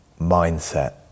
mindset